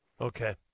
Okay